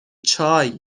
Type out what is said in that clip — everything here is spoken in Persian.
چای